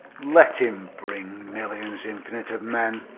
let him bring millions infinite of men,